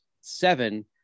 seven